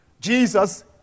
Jesus